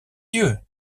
yeux